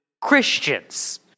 Christians